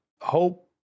hope